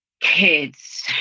kids